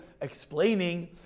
explaining